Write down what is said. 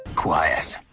quiet,